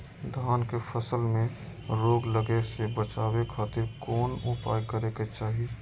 धान के फसल में रोग लगे से बचावे खातिर कौन उपाय करे के चाही?